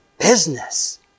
business